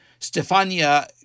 Stefania